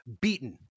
beaten